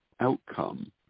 outcome